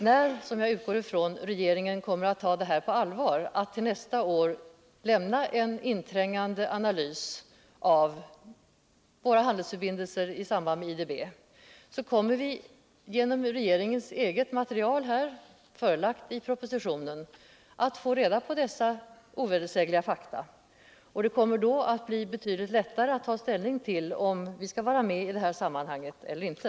Men vad jag menar är att när regeringen, som jag utgår ifrån, kommer att på allvar göra en inträngande analys av våra handelsförbindelser i samband med IDB, så kommer vi att genom det material som regeringen framlägger i proposition få ta del av dessa ovedersägliga fakta. Det kommer då att bli betydligt lättare att ta ställning till om vi skall vara med i det här sammanhanget eller inte.